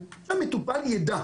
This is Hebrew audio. אם המטופל יידע